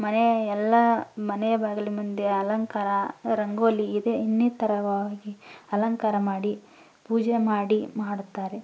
ಮನೆಯ ಎಲ್ಲ ಮನೆಯ ಬಾಗಿಲು ಮುಂದೆ ಅಲಂಕಾರ ರಂಗೋಲಿ ಇದೆ ಇನ್ನಿತರವಾಗಿ ಅಲಂಕಾರ ಮಾಡಿ ಪೂಜೆ ಮಾಡಿ ಮಾಡುತ್ತಾರೆ